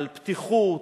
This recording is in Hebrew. על פתיחות,